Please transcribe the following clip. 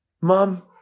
mom